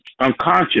unconscious